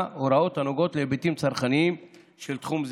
הוראות הנוגעות להיבטים צרכניים של תחום זה.